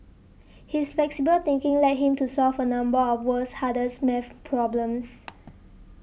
his flexible thinking led him to solve a number of world's hardest math problems